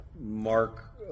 Mark